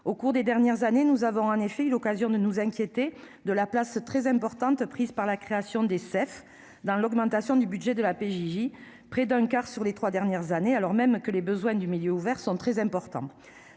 Au cours des dernières années, nous avons en effet eu l'occasion de nous inquiéter de la place très importante prise par la création des centres éducatifs fermés (CEF) dans l'augmentation du budget de la PJJ- elle en a représenté près d'un quart sur les trois dernières années -, alors même que les besoins du milieu ouvert sont très importants.